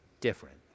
different